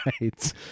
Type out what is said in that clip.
Right